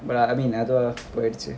but I I mean போய்டுச்சு:poiduchu